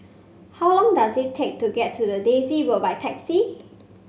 how long does it take to get to Daisy Road by taxi